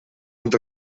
und